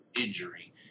injury